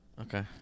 Okay